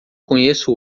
conheço